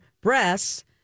breasts